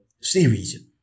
series